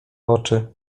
oczy